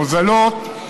הוזלות,